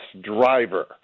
driver